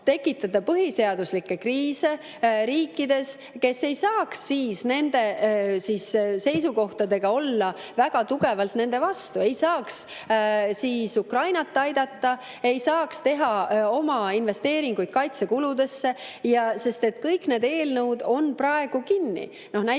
tekitada põhiseaduslikke kriise riikides, kes ei saaks siis nende seisukohtadega olla väga tugevalt nende vastu. Ei saaks Ukrainat aidata, ei saaks teha oma investeeringuid kaitsekuludesse, sest kõik need eelnõud on praegu kinni. Näiteks